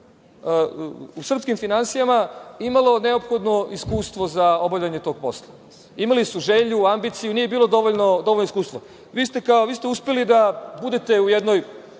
u srpskim finansijama imalo neophodno iskustvo za obavljanje tog posla. Imali su želju, ambiciju i nije bilo dovoljno iskustva. Vi ste uspeli da budete u jednoj